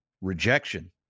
rejection